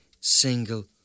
single